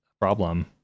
problem